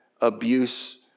abuse